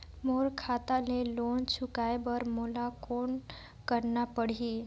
मोर खाता ले लोन चुकाय बर मोला कौन करना पड़ही?